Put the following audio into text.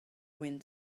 wind